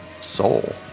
soul